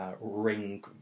ring